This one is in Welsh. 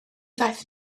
ddaeth